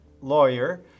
lawyer